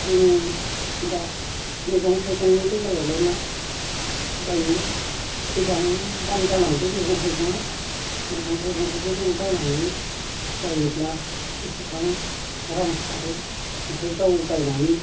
जोङो दा मैगं थाइगंनि बेलायावबो मा दायो गोबां दाम जालांदों मैगं थाइगङा मैगं थाइगंखोबो जों बायनानै बायोब्ला एसेबां रां खारो ओंखायनो गाव गायनानै